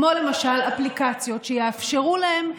כמו אפליקציות שיאפשרו להם להסתובב,